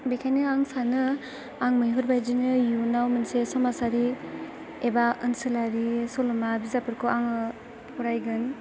बेखायनो आं सानो आं मैहुर बायदिनो इयुनाव मोनसे समाजारि एबा ओनसोलारि सल'मा बिजाबफोरखौ आङो फरायगोन